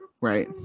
right